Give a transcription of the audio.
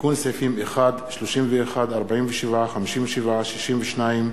תיקון סעיפים 1, 31, 47, 57, 62,